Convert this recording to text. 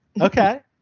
Okay